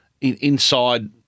inside